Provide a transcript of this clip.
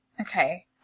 Okay